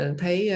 thấy